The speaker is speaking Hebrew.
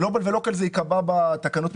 גלובאל ו-local זה ייקבע בתקנות,